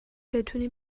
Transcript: بتونی